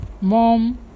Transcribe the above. mom